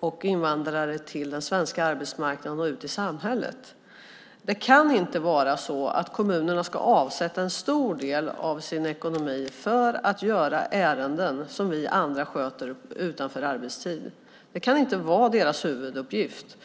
och invandrare på den svenska arbetsmarknaden och i samhället. Det kan inte vara så att kommunerna ska avsätta en stor del av sin ekonomi för att göra ärenden som vi andra sköter utanför arbetstid. Det kan inte vara deras huvuduppgift.